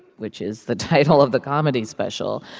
which is the title of the comedy special.